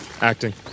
Acting